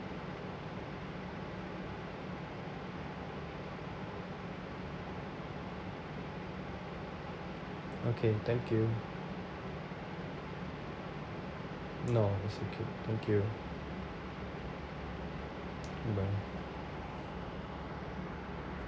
okay thank you no it's okay thank you goodbye